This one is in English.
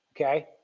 Okay